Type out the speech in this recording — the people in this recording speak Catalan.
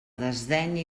desdeny